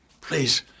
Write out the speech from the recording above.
Please